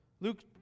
Luke